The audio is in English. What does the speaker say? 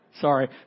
Sorry